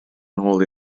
nôl